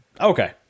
Okay